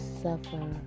suffer